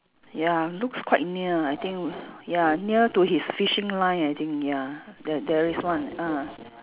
ya looks quite near I think ya near to his fishing line I think ya there there is one ah